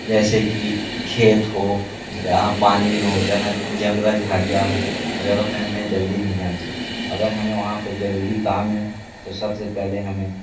जैसे कि खेत हो जहाँ पानी हो जहाँ जंगल झाड़ियाँ हों उस जगह पर हमें जल्दी नहीं जाना चाहिए अगर हमें वहाँ पर ज़रूरी काम है तो सब से पहले हमें